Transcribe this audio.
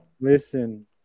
Listen